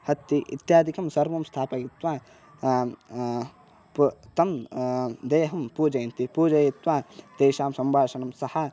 हत्ति इत्यादिकं सर्वं स्थापयित्वा पृ तं देहं पूजयन्ति पूजयित्वा तेषां सम्भाषणं सः